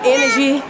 Energy